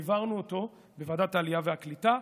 העברנו אותו בוועדת העלייה והקליטה,